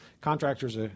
Contractors